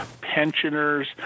pensioners